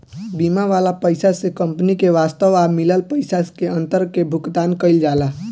बीमा वाला पइसा से कंपनी के वास्तव आ मिलल पइसा के अंतर के भुगतान कईल जाला